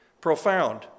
profound